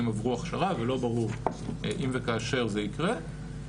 עברו הכשרה ולא ברור אם וכאשר זה יקרה.